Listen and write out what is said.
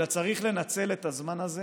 אלא צריך לנצל את הזמן הזה